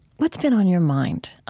what's been on your mind?